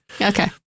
Okay